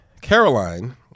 Caroline